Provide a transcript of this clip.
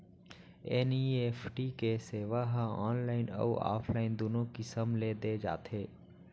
NEFT के सेवा ह ऑनलाइन अउ ऑफलाइन दूनो किसम ले दे जाथे